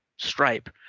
stripe